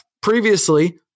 previously